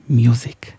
music